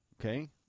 okay